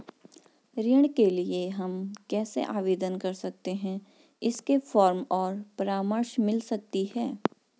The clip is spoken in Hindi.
ऋण के लिए हम कैसे आवेदन कर सकते हैं इसके फॉर्म और परामर्श मिल सकती है?